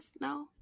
No